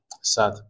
Sad